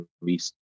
released